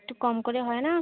একটু কম করে হয় না